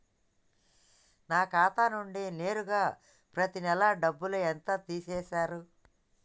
నా ఖాతా నుండి నేరుగా పత్తి నెల డబ్బు ఎంత తీసేశిర్రు?